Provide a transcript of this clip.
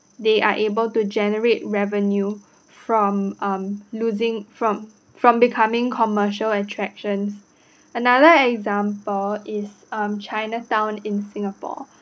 they are able to generate revenue from um losing from from becoming commercial attractions another example is um chinatown in singapore